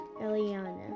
Eliana